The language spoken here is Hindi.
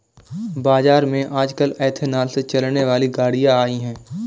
बाज़ार में आजकल एथेनॉल से चलने वाली गाड़ियां आई है